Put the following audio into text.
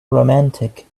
romantic